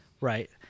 Right